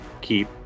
keep